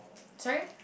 sorry